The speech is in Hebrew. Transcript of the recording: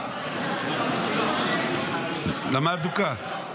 למה אדוקה?